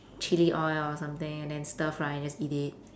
chili oil or something and then stir-fry and just eat it